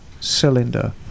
cylinder